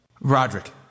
Roderick